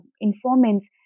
informants